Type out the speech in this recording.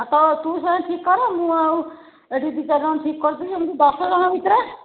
ହ ତ ତୁ ସେଣେ ଠିକ୍ କରେ ମୁଁ ଆଉ ଏଠି ଦୁଇ ଚାରିଜଣ ଠିକ୍ କରିଦେବି ଏମିତି ଦଶ ଜଣ ଭିତରେ